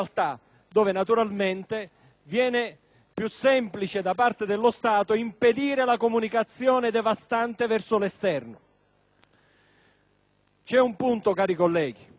più semplice per lo Stato impedire la comunicazione devastante verso l'esterno. Vi è un punto, cari colleghi, accanto all'insieme di norme